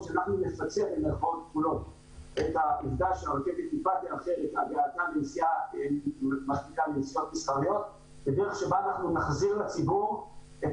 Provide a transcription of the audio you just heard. היושב-ראש --- והבאתה לנסיעה --- הדרך שבה אנחנו נחזיר לציבור את